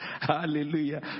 Hallelujah